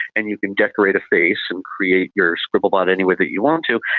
and you can decorate a face and create your scribble bot any way that you want to,